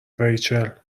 ریچل